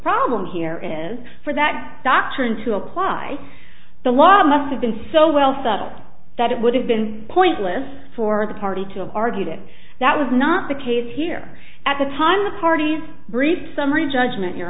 problem here is for that doctrine to apply the law must have been so well subtle that it would have been pointless for the party to argue that that was not the case here at the time the parties brief summary judgment your